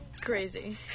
Crazy